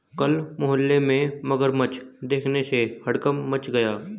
कल मोहल्ले में मगरमच्छ देखने से हड़कंप मच गया